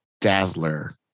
Dazzler